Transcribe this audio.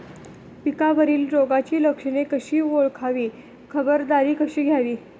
पिकावरील रोगाची लक्षणे कशी ओळखावी, खबरदारी कशी घ्यावी?